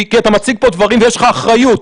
כי אתה מציג פה דברים ויש לך אחריות.